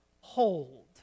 hold